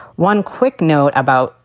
one quick note about,